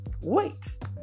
Wait